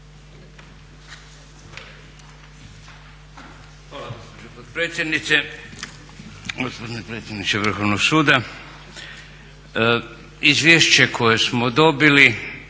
Hvala gospođo potpredsjednice, gospodine predsjedniče Vrhovnog suda. Izvješće koje smo dobili